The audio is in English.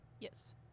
Yes